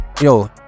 Yo